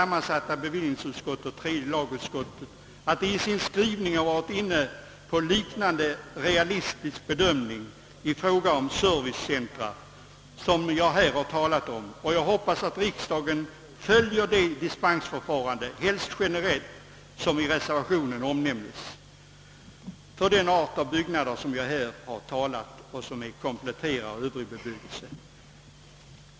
mansatta bevillningsoch tredje lagutskottet i sin skrivning varit inne på en liknande realistisk bedömning i fråga om sådana servicecentra som jag här talat om. Jag hoppas att regeringen för detta slags byggnader beslutar tillämpa det dispensförfarande — helst generellt — som omnämnes i reservationen.